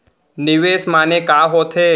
निवेश माने का होथे?